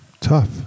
tough